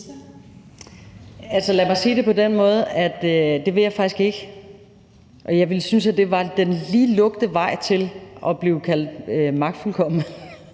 lad mig sige det på den måde, at det vil jeg faktisk ikke. Jeg ville synes, at det var lige lukt vejen til at blive kaldt magtfuldkommen